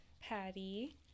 Patty